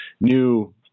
new